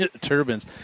turbines